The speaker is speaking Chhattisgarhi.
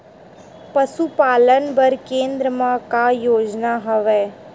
पशुपालन बर केन्द्र म का योजना हवे?